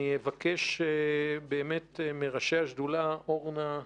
אני אבקש מראשי השדולה אורנה,